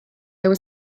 there